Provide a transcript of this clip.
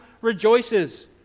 rejoices